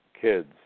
kids